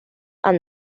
and